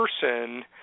person